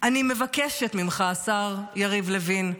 אני מבקשת ממך, השר יריב לוין,